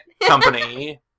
company